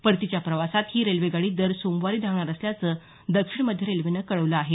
परतीच्या प्रवासात ही रेल्वेगाडी दर सोमवारी धावणार असल्याचं दक्षिण मध्य रेल्वेनं कळवलं आहे